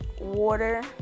water